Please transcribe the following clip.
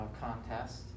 contest